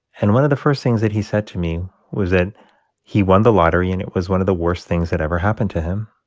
and one of the first things that he said to me was that he won the lottery, and it was one of the worst things that ever happened to him.